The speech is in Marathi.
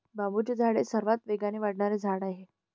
बांबूचे झाड हे सर्वात वेगाने वाढणारे झाड आहे